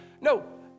no